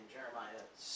Jeremiah